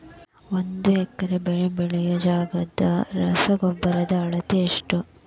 ಒಂದ್ ಎಕರೆ ಬೆಳೆ ಬೆಳಿಯೋ ಜಗದಾಗ ರಸಗೊಬ್ಬರದ ಅಳತಿ ಎಷ್ಟು?